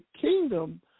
kingdom